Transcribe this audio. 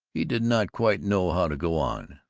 he did not quite know how to go on.